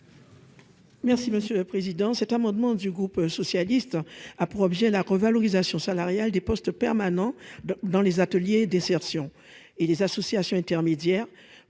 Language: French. Merci monsieur le Président,